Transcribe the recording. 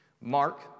Mark